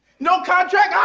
no contract. ah,